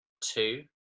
two